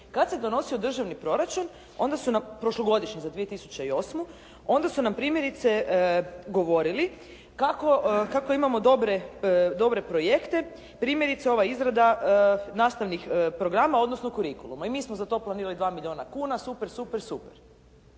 na prošlogodišnji za 2008., onda su nam primjerice govorili kako imamo dobre projekte, primjerice ova izrada nastavnih programa, odnosno curiculuma i mi smo za to planirali 2 milijuna kuna. Super, super, super.